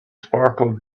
sparkled